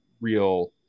real